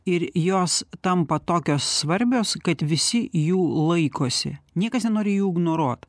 ir jos tampa tokios svarbios kad visi jų laikosi niekas nenori jų ignoruot